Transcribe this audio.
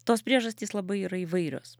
tos priežastys labai yra įvairios